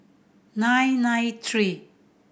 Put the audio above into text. nine nine three